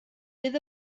bydd